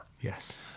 Yes